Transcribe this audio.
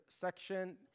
section